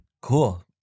Cool